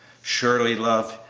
surely, love,